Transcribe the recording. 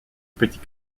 petit